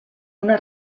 una